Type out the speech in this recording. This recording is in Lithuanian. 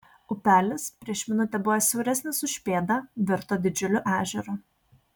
upelis prieš minutę buvęs siauresnis už pėdą virto didžiuliu ežeru